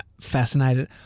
fascinated